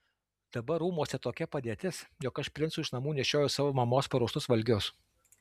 dabar rūmuose tokia padėtis jog aš princui iš namų nešioju savo mamos paruoštus valgius